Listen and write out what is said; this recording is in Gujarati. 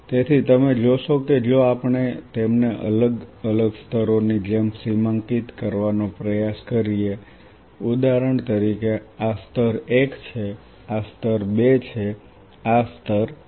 તેથી તમે જોશો કે જો આપણે તેમને અલગ અલગ સ્તરોની જેમ સીમાંકિત કરવાનો પ્રયાસ કરીએ ઉદાહરણ તરીકે આ સ્તર 1 છે આ સ્તર 2 છે આ સ્તર 3 છે